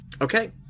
Okay